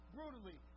Brutally